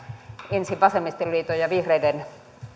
ensin vasemmistoliiton ja vihreiden